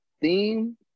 theme